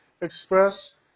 express